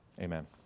Amen